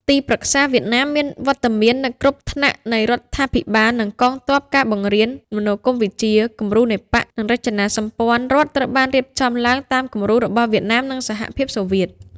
ទីប្រឹក្សាវៀតណាមមានវត្តមាននៅគ្រប់ថ្នាក់នៃរដ្ឋាភិបាល និងកងទ័ព ការបង្រៀនមនោគមវិជ្ជា: គំរូនៃបក្ស និងរចនាសម្ព័ន្ធរដ្ឋត្រូវបានរៀបចំឡើងតាមគំរូរបស់វៀតណាម និងសហភាពសូវៀត ។